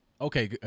okay